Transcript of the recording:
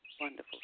Wonderful